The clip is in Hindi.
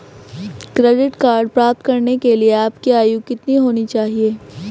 क्रेडिट कार्ड प्राप्त करने के लिए आपकी आयु कितनी होनी चाहिए?